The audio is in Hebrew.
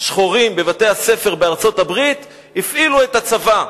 שחורים בבתי-הספר בארצות-הברית הפעילו את הצבא.